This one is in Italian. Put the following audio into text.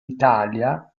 italia